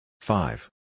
Five